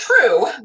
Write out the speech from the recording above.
true